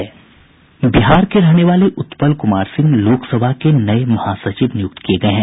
बिहार के रहने वाले उत्पल कुमार सिंह लोकसभा के नये महासचिव नियुक्त किये गये हैं